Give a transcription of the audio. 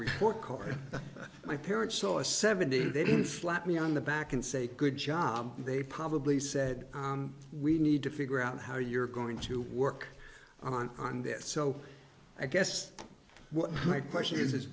report card my parents saw a seventy they didn't slap me on the back and say good job they probably said we need to figure out how you're going to work on on this so i guess what my question is is